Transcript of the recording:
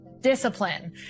discipline